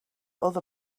other